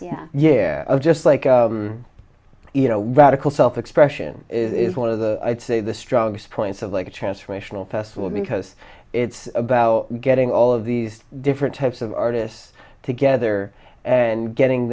yeah yeah just like you know radical self expression is one of the i'd say the strongest points of like a transformational festival because it's about getting all of these different types of artists together and getting